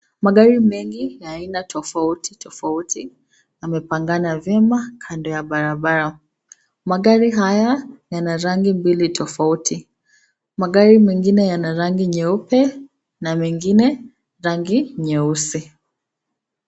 Magari mengi ya aina tofauti tofauti yamepangana vyema kando ya barabara. Magari haya yana rangi mbili tofauti. Magari mengine yana rangi nyeupe na mengine, rangi nyeusi.